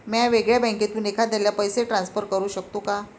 म्या वेगळ्या बँकेतून एखाद्याला पैसे ट्रान्सफर करू शकतो का?